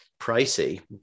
pricey